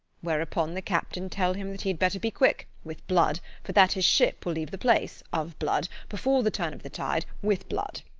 whereupon the captain tell him that he had better be quick with blood for that his ship will leave the place of blood before the turn of the tide with blood.